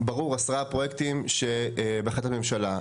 ברור 10 פרויקטים שבהחלטת ממשלה.